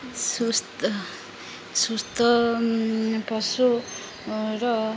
ସୁସ୍ଥ ସୁସ୍ଥ ପଶୁର